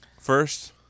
first